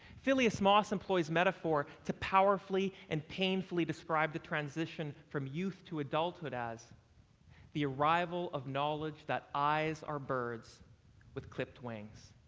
thylias moss employs metaphor to powerfully and painfully describe the transition from youth to adulthood adulthood as the arrival of knowledge that eyes are birds with clipped wings.